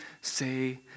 say